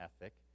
ethic